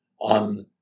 On